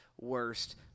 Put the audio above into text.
worst